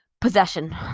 possession